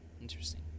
Interesting